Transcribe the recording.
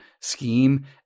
scheme